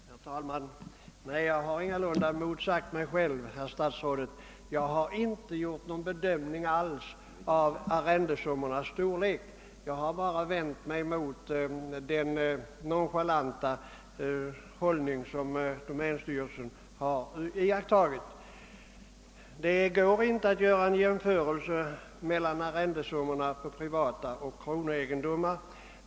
Herr talman! Jag har ingalunda motsagt mig själv, herr statsråd. Jag har inte gjort någon bedömning av arrendesummornas storlek; jag har bara vänt mig mot den nonchalanta hållning som domänstyrelsen har intagit. Det går inte att jämföra arrendesummorna på privata egendomar och kronoegendomar.